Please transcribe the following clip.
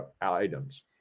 items